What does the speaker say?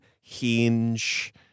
Hinge